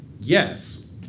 yes